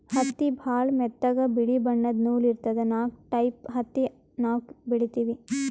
ಹತ್ತಿ ಭಾಳ್ ಮೆತ್ತಗ ಬಿಳಿ ಬಣ್ಣದ್ ನೂಲ್ ಇರ್ತದ ನಾಕ್ ಟೈಪ್ ಹತ್ತಿ ನಾವ್ ಬೆಳಿತೀವಿ